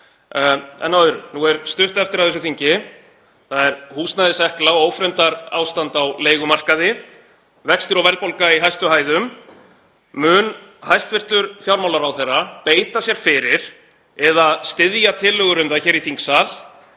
En að öðru. Nú er stutt eftir af þessu þingi. Það er húsnæðisekla og ófremdarástand á leigumarkaði, vextir og verðbólga í hæstu hæðum. Mun hæstv. fjármálaráðherra beita sér fyrir eða styðja tillögur um það hér í þingsal